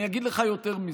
אני אגיד לך יותר מזה,